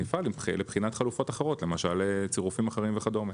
נפעל לבחינת חלופות אחרות כמו למשל צירופים אחרים וכדומה.